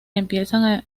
empiezan